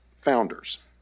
founders